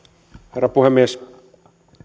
herra puhemies